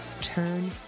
Turn